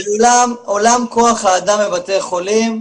בעולם כוח האדם בבתי החולים,